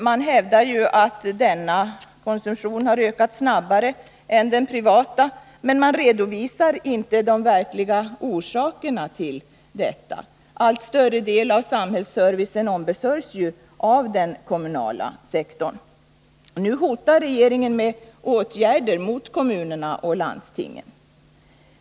Man hävdar ju att denna konsumtion har ökat snabbare än den privata, men man redovisar inte de verkliga orsakerna till detta. En allt större del av samhällsservicen ombesörjs ju av den kommunala sektorn. Nu hotar regeringen med åtgärder mot kommunerna och landstingen.